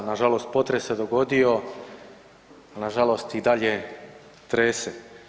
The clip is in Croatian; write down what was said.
Nažalost, potres se dogodio, a nažalost i dalje trese.